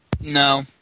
No